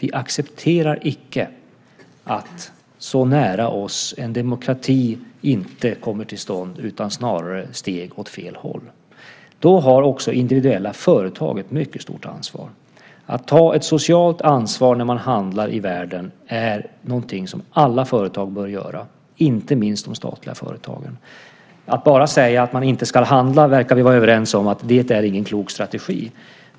Vi accepterar icke att en demokrati så nära oss inte kommer till stånd utan att det snarare tas steg åt fel håll. Då har också individuella företag ett mycket stort ansvar. Att ta ett socialt ansvar när man handlar i världen är något som alla företag bör göra, inte minst de statliga företagen. Att bara säga att man inte ska handla verkar vi vara överens om inte är en klok strategi.